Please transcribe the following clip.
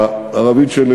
והערבית שלי